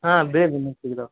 ಹಾಂ ಬೇಗ ಬಂದ್ರೆ ಸಿಗ್ತವೆ